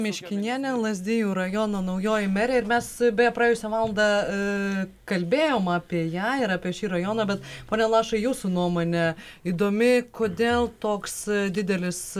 miškinienė lazdijų rajono naujoji merė ir mes beje praėjusią valandą kalbėjom apie ją ir apie šį rajoną bet pone lašai jūsų nuomonė įdomi kodėl toks didelis